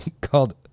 called